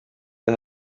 the